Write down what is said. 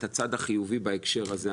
את הצד החיובי בהקשר הזה.